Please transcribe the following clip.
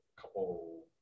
couple